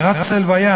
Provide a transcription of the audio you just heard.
אני רץ ללוויה.